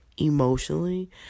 emotionally